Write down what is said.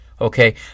Okay